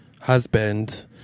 husband